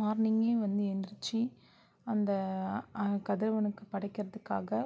மார்னிங்கே வந்து எந்திரிச்சி அந்த கதிரவனுக்கு படைக்கிறதுக்காக